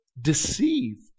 deceived